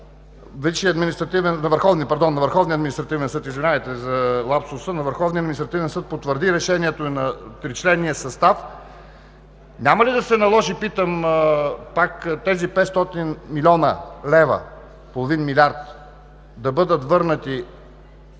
на Върховния административен съд потвърди решението на тричленния състав, няма ли да се наложи, пак питам, тези 500 млн. лв. – половин милиард, да бъдат върнати,